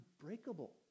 unbreakable